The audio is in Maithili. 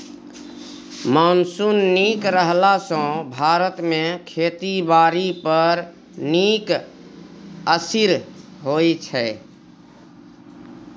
मॉनसून नीक रहला सँ भारत मे खेती बारी पर नीक असिर होइ छै